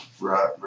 right